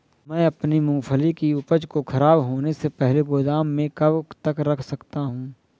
मैं अपनी मूँगफली की उपज को ख़राब होने से पहले गोदाम में कब तक रख सकता हूँ?